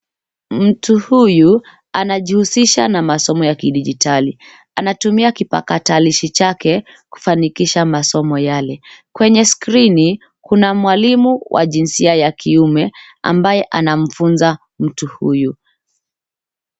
Mtu huyu anajihusisha na masomo ya kidigitali. Anatumia kipakatilishi chake kufanikisha masomo yale. Kwenye skrini kuna mwalimu wa jinsia ya kiume ambaye anamfunza mtu huyu.